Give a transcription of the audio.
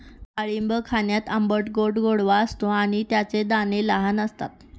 डाळिंब खाण्यात आंबट गोडवा असतो आणि त्याचे दाणे लहान असतात